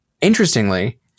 interestingly